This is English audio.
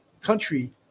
country